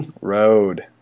road